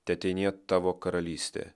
teateinie tavo karalystė